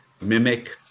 mimic